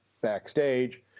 backstage